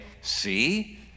see